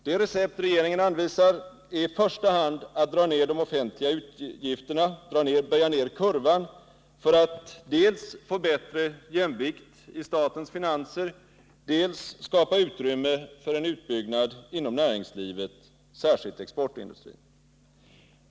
Det recept regeringen anvisar är i första hand att dra ner den offentliga utgiftskurvan för att dels få bättre jämvikt i statens finanser, dels skapa utrymme för en utbyggnad inom näringslivet, särskilt exportindustrin.